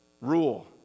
rule